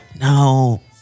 No